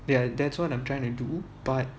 ya that's what I'm trying to do but